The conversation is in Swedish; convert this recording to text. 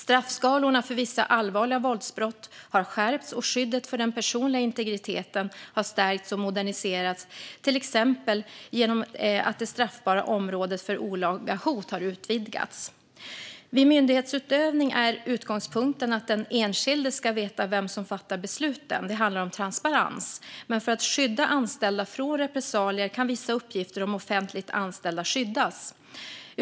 Straffskalorna för vissa allvarliga våldsbrott har skärpts, och skyddet för den personliga integriteten har stärkts och moderniserats, till exempel genom att det straffbara området för olaga hot har utvidgats. Vid myndighetsutövning är utgångspunkten att den enskilde ska veta vem som fattar besluten; det handlar om transparens. Men för att skydda offentligt anställda från repressalier kan vissa uppgifter skyddas.